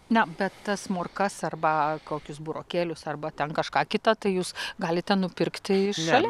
ne bet tas morkas arba kokius burokėlius arba ten kažką kita tai jūs galite nupirkti iš šalia